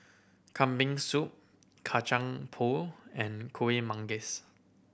Kambing Soup Kacang Pool and Kuih Manggis